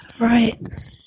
Right